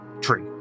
tree